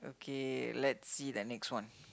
okay let's see the next one